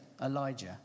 Elijah